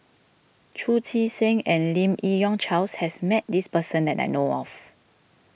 Chu Chee Seng and Lim Yi Yong Charles has met this person that I know of